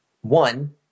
one